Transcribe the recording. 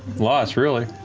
loss, really.